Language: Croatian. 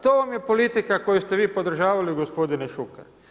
To vam je politika koju ste vi podržavali, gospodine Šuker.